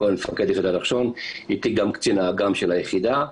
מפקד יחידת נחשון, איתי גם קצין האג"מ של היחידה.